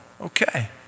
okay